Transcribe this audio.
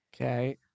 Okay